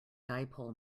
dipole